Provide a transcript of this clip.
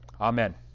Amen